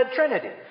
Trinity